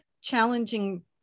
challenging